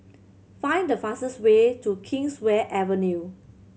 find the fastest way to Kingswear Avenue